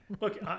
Look